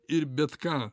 ir bet ką